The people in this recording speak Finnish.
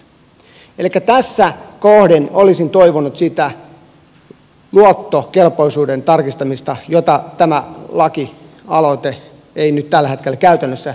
elikkä tässä kohden olisin toivonut sitä luottokelpoisuuden tarkistamista jota tämä lakialoite ei nyt tällä hetkellä käytännössä sisällä